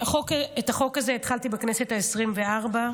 את החוק הזה התחלתי בכנסת העשרים-וארבע.